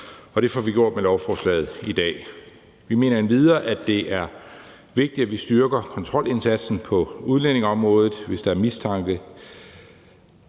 det får vi gjort med lovforslaget i dag. Vi mener endvidere, at det er vigtigt, at vi styrker kontrolindsatsen på udlændingeområdet. Hvis der er mistanke